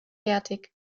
fertig